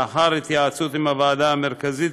לאחר התייעצות עם הוועדה המרכזית,